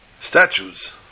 statues